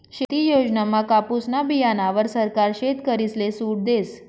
शेती योजनामा कापुसना बीयाणावर सरकार शेतकरीसले सूट देस